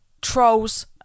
trolls